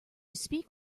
speak